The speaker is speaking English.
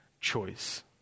choice